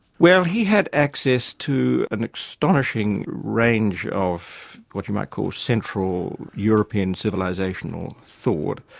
well, he had access to an astonishing range of what you might call central european civilisational thought.